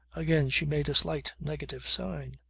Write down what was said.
again she made a slight negative sign.